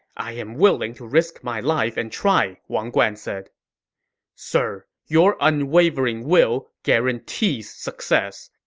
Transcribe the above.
i am willing to risk my life and try, wang guan said sir, your unwavering will guarantees success,